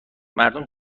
مردم